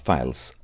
Files